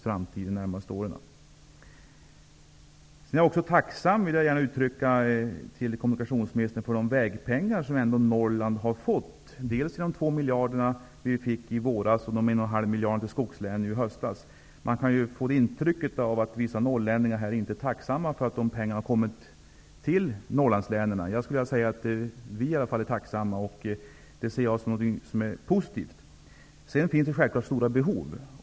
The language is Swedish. Jag jag är även tacksam mot kommunikationsministern för de vägpengar som Norrland ändå har fått. Det gäller dels de 2 miljarder vi fick i våras, dels de 1,5 miljarder som gick till skogslänen nu i höstas. Man kan få intrycket av att vissa norrlänningar här inte är tacksamma för att dessa pengar har kommit till Norrlandslänen. Vi är i alla fall tacksamma. Jag ser detta som något positivt. Sedan finns det självfallet stora behov.